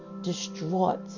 distraught